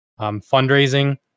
fundraising